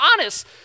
honest